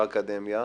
באקדמיה,